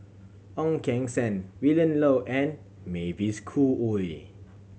Ong Keng Sen Willin Low and Mavis Khoo Oei